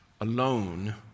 alone